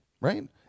right